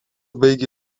baigė